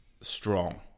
strong